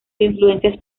influencias